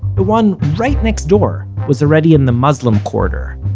the one right next door, was already in the muslim quarter.